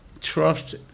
trust